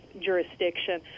jurisdiction